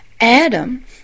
Adam